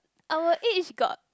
our age got